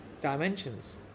dimensions